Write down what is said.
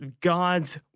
God's